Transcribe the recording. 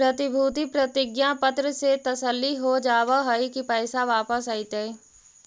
प्रतिभूति प्रतिज्ञा पत्र से तसल्ली हो जावअ हई की पैसा वापस अइतइ